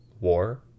war